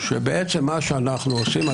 באחד המקומות הטובים,